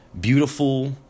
beautiful